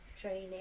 training